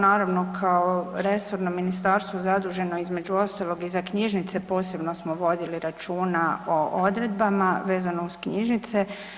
Naravno kao resorno ministarstvo zaduženo između ostalog i za knjižnice, posebno smo vodili računa o odredbama vezano uz knjižnice.